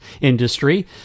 industry